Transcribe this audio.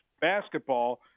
basketball